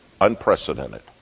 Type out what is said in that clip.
unprecedented